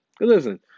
Listen